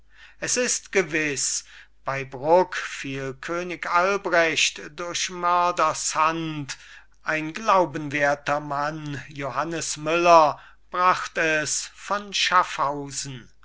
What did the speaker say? es ist gewiss bei bruck fiel könig albrecht durch mördershand ein glaubenwerter mann johannes müller bracht es von schaffhausen